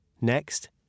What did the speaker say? Next